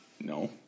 No